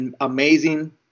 amazing